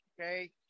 okay